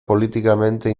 políticamente